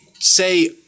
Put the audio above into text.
Say